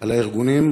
על הארגונים